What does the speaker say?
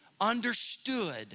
understood